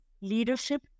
leadership